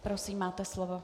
Prosím, máte slovo.